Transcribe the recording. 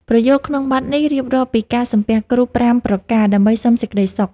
ប្រយោគក្នុងបទនេះរៀបរាប់ពីការសំពះគ្រូ ៥ ប្រការ ដើម្បីសុំសេចក្ដីសុខ។